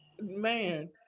Man